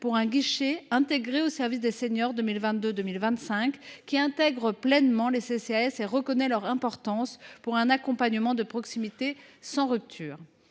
pour un guichet intégré au service des seniors, sur la période 2022 2025. Ce dernier intègre pleinement les CCAS et reconnaît leur importance pour un accompagnement de proximité sans rupture.